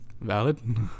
valid